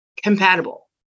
compatible